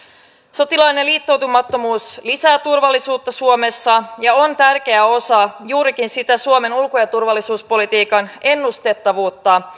sotilaallinen liittoutumattomuus lisää turvallisuutta suomessa ja on tärkeä osa juurikin sitä suomen ulko ja turvallisuuspolitiikan ennustettavuutta